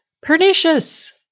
pernicious